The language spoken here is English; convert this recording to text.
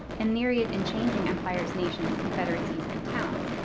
and myriad in changing empires, nations, confederacies, and towns,